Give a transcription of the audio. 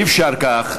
אי-אפשר כך,